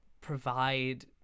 provide